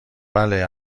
بله